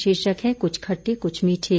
शीर्षक है क्छ खट़टे क्छ मीठे